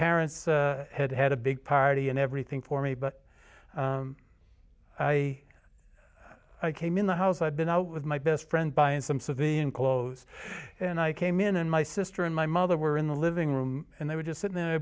parents had had a big party and everything for me but i i came in the house i've been out with my best friend by and some civilian clothes and i came in and my sister and my mother were in the living room and they were just sitting there